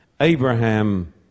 Abraham